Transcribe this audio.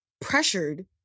pressured